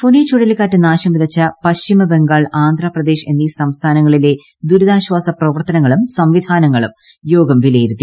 ഫൊനി ചുഴലിക്കാറ്റ് നാശം വിതച്ച പശ്ചിമബംഗാൾ ആന്ധ്രാപ്രദേശ് എന്നീ സംസ്ഥാനങ്ങളിലെ ദുരിതാശ്വാസ പ്രവർത്തനങ്ങളും സംവിധാനങ്ങളും യോഗം വിലയിരുത്തി